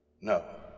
No